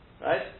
right